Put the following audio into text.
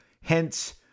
hence